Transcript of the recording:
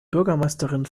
bürgermeisterin